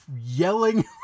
yelling